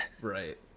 Right